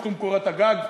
בתחום קורת הגג,